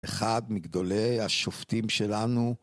אחד מגדולי השופטים שלנו